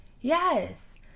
yes